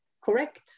correct